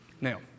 now